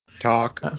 Talk